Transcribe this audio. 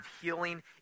healing